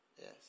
Yes